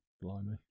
Blimey